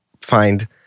find